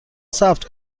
ثبت